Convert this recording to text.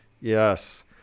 Yes